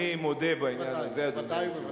אני מודה בעניין הזה, בוודאי, בוודאי ובוודאי.